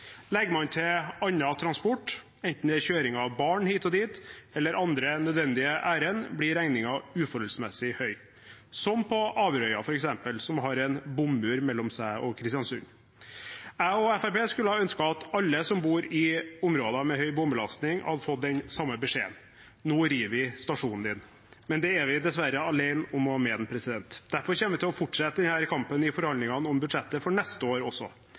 Legger man til annen transport, enten det er kjøring av barn hit og dit eller andre nødvendige ærend, blir regningen uforholdsmessig høy – som på Averøya, f.eks., som har en bommur mellom seg og Kristiansund. Jeg og Fremskrittspartiet skulle ha ønsket at alle som bor i områder med høy bombelastning, hadde fått den samme beskjeden: Nå river vi stasjonen din. Men det er vi dessverre alene om å mene. Derfor kommer vi til å fortsette denne kampen i forhandlingene om budsjettet for neste år også.